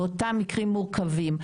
באותם מקרים מורכבים.